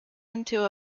into